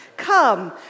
Come